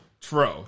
True